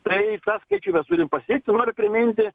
tai tą skaičiuką mes turim pasiekti noriu priminti